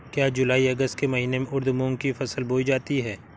क्या जूलाई अगस्त के महीने में उर्द मूंग की फसल बोई जाती है?